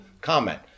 comment